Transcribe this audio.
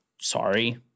sorry